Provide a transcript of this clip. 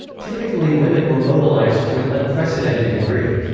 typically women were mobilized to an unprecedented degree.